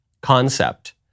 concept